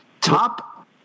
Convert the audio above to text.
top